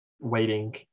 waiting